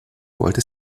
wollte